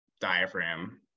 diaphragm